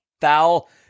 foul